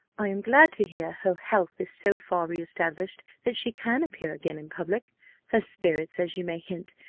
i am glad to hear her health is so far reestablished, that she can appear again in public her spirits, as you may hint,